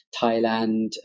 Thailand